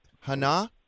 Hannah